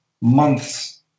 months